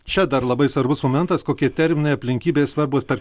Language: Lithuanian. čia dar labai svarbus momentas kokie terminai aplinkybės svarbūs per